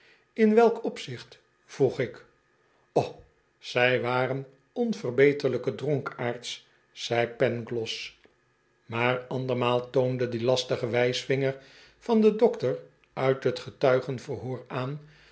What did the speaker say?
in welk opzicht vroeg ik oh zij waren onverbeterlijke dronkaards zei pangloss maar andermaal toonde die lastige wijsvinger van don dokter uit t getuigenverhoor aan